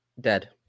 dead